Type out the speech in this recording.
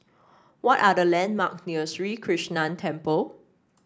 what are the landmark near Sri Krishnan Temple